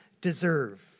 deserve